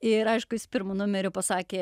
ir aišku jis pirmu numeriu pasakė